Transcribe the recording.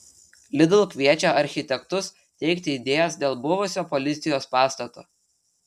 lidl kviečia architektus teikti idėjas dėl buvusio policijos pastato